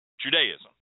Judaism